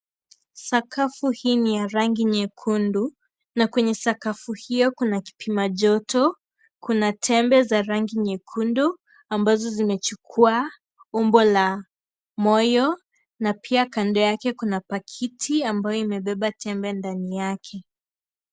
Sakafu hii ni ya rangi nyekundu, na kwenye sakafu hiyo kuna kipima joto, kuna tembe za rangi nyekundu ambazo zimechukua umbo la moyo, na pia kando yake kuna pakiti ambayo imebeba tembe ndani yake.